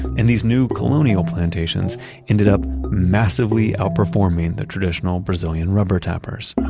and these new colonial plantations ended up massively outperforming the traditional brazilian rubber tappers